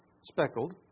speckled